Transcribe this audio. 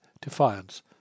defiance